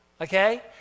Okay